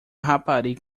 rapariga